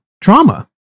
Drama